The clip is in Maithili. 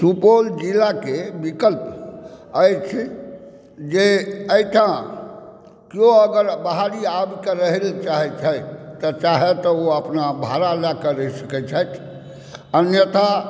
सुपौल जिलाके विकल्प अछि जे एहिठाम किओ अगर बाहरी आबिकऽ रहय लए चाहै छथि तऽ चाहे तऽ ओ अपना भाड़ा लए कऽ रहि सकैत छथि अन्यथा